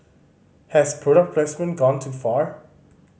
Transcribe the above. has product placement gone too far